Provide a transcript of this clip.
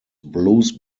blues